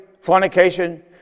fornication